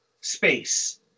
space